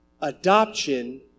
adoption